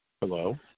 Hello